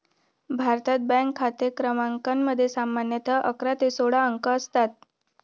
भारतात, बँक खाते क्रमांकामध्ये सामान्यतः अकरा ते सोळा अंक असतात